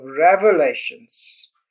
revelations